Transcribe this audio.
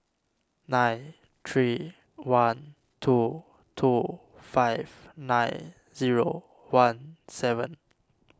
nine three one two two five nine zero one seven